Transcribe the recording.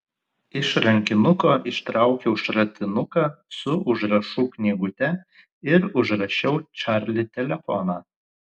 iš rankinuko ištraukiau šratinuką su užrašų knygute ir užrašiau čarli telefoną